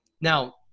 Now